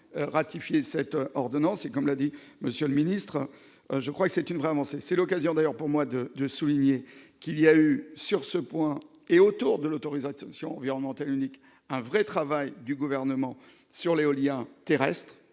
pour enfin ratifié cette ordonnance et comme l'a dit monsieur le ministre, je crois que c'est une vraiment c'est c'est l'occasion d'ailleurs pour moi de de souligner qu'il y a eu sur ce point et autour de l'autorise intentions environnementales unique, un vrai travail du gouvernement sur l'éolien terrestre